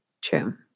True